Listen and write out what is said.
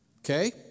Okay